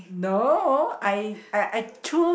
no I I I choose